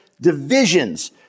divisions